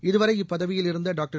இதுவரை இப்பதவியில் இருந்த டாக்டர்